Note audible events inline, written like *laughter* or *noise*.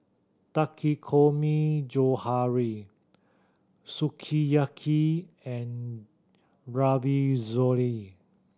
takikomi *unintelligible* Sukiyaki and *unintelligible*